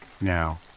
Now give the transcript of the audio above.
Now